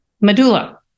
medulla